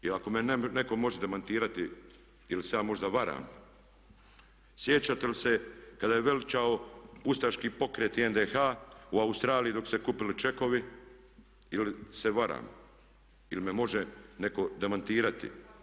I ako me netko može demantirati, ili se ja možda varam, sjećate li se kada je veličao ustaški pokret i NDH u Australiji dok su se kupili čekovi ili se varam, ili me može netko demantirati?